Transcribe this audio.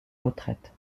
retraite